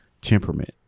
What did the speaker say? temperament